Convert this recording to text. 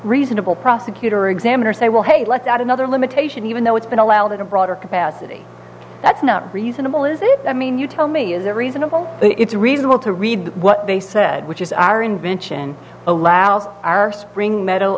reasonable prosecutor examiner say well hey let's add another limitation even though it's been allowed in a broader capacity that's not reasonable is it i mean you tell me is a reasonable it's reasonable to read what they said which is our invention allows our spring metal